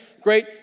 great